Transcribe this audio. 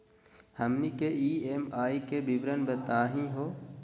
हमनी के ई.एम.आई के विवरण बताही हो?